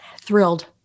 thrilled